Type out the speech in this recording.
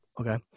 Okay